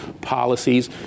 policies